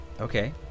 okay